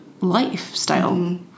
lifestyle